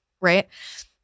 right